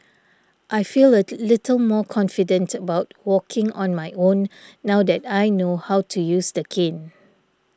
I feel a little more confident about walking on my own now that I know how to use the cane